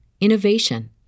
innovation